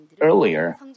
earlier